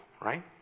right